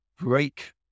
break